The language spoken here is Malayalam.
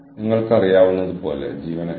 നിങ്ങൾ ചുമതലയുള്ളവരാണ്